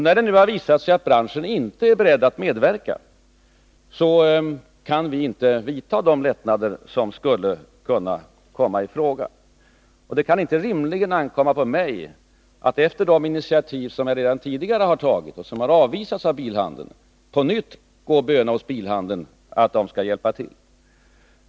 När det nu har visat sig att branschen inte är beredd att medverka, kan vi inte vidta de lättnader som skulle kunna komma i fråga. Det kan inte rimligen ankomma på mig att, efter de initiativ som jag redan tidigare har tagit men som har avvisats av bilhandeln, på nytt gå och böna hos bilhandeln att den skall hjälpa till.